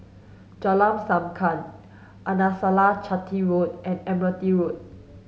Jalan Sankam Arnasalam Chetty Road and Admiralty Road